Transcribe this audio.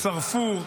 שרפו,